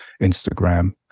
Instagram